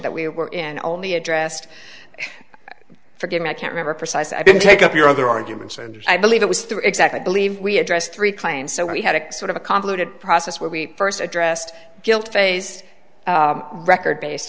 that we were in only addressed forgive me i can remember precise i didn't take up your other arguments and i believe it was through exactly i believe we address three claims so we had a sort of a convoluted process where we first addressed guilt phase record base